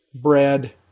bread